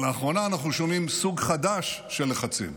לאחרונה אנחנו שומעים סוג חדש של לחצים,